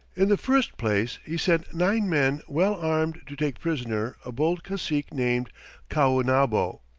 in the first place he sent nine men well armed to take prisoner a bold cacique named caonabo.